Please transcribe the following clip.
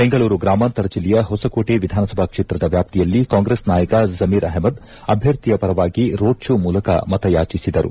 ಬೆಂಗಳೂರು ಗ್ರಾಮಾಂತರ ಜಿಲ್ಲೆಯ ಹೊಸಕೋಟೆ ವಿಧಾನಸಭಾ ಕ್ಷೇತ್ರದ ವ್ಯಾಪ್ತಿಯಲ್ಲಿ ಕಾಂಗ್ರೆಸ್ ನಾಯಕ ಜಮೀರ್ ಅಹ್ಲದ್ ಅಭ್ವರ್ಥಿಯ ಪರವಾಗಿ ರೋಡ್ ಶೋ ಮೂಲಕ ಮತಯಾಚಿಸಿದರು